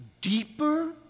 deeper